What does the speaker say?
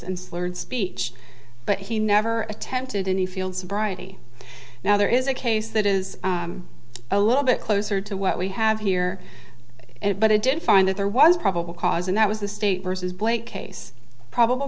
and slurred speech but he never attempted any field sobriety now there is a case that is a little bit closer to what we have here it but i did find that there was probable cause and that was the state versus blake case probable